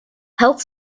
health